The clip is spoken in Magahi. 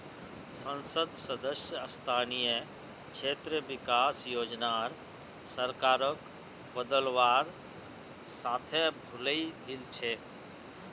संसद सदस्य स्थानीय क्षेत्र विकास योजनार सरकारक बदलवार साथे भुलई दिल छेक